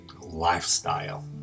lifestyle